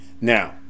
Now